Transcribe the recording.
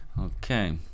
Okay